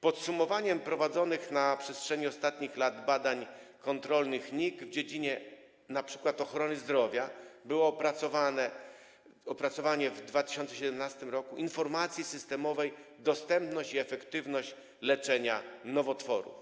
Podsumowaniem prowadzonych na przestrzeni ostatnich lat badań kontrolnych NIK w dziedzinie np. ochrony zdrowia było opracowanie w 2017 r. informacji systemowej „Dostępność i efektywność leczenia nowotworów”